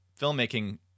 filmmaking